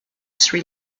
sri